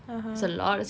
(uh huh)